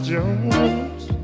Jones